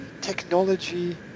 technology